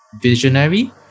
visionary